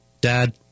Dad